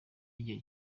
y’igihe